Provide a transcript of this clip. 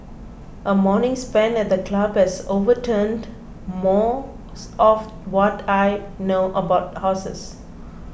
a morning spent at the club has overturned most of what I know about horses